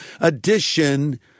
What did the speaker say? edition